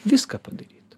viską padaryt